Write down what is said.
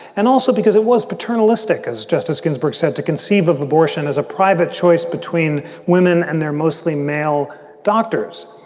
and also because it was paternalistic. as justice ginsburg said, to conceive of abortion as a private choice between women and their mostly male doctors.